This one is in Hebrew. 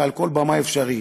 ועל כל במה אפשרית.